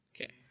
Okay